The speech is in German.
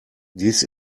dies